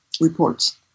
reports